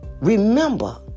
Remember